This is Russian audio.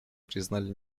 признали